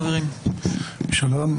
שלום,